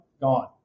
gone